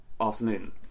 afternoon